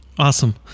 awesome